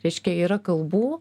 reiškia yra kalbų